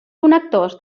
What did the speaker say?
connectors